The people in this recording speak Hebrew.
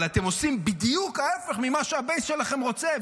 אבל אתם עושים בדיוק ההפך ממה שהבייס שלכם רוצה,